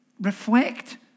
Reflect